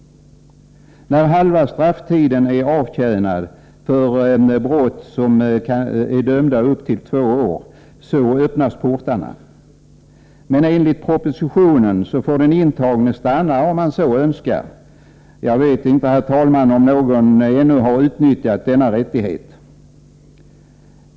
När halva strafftiden är avtjänad för en brottsling som kanske har dömts till ett straff på upp till två år öppnas portarna. Enligt propositionen får den intagne stanna om han så önskar. Jag vet inte, herr talman, om någon ännu har utnyttjat denna rättighet.